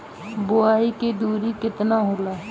बुआई के दूरी केतना होला?